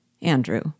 Andrew